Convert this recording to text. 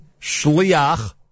shliach